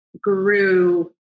grew